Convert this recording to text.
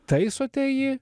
taisote jį